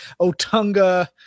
Otunga